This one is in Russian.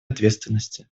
ответственности